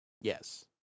Yes